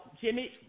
Jimmy